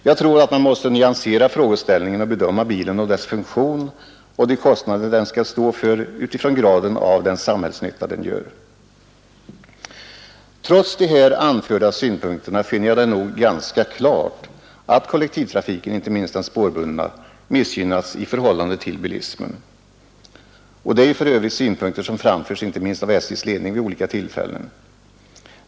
Jag tror att man måste nyansera frågeställningen och bedöma bilen och dess funktion och de kostnader den skall stå för med utgångspunkt i graden av den samhällsnytta den gör. Trots de här anförda synpunkterna finner jag det ganska klart att kollektivtrafiken, inte minst den spårbundna, missgynnas i förhållande till bilismen. Det är för övrigt en synpunkt som framförts vid olika tillfällen, inte minst av SJ:s ledning.